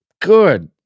good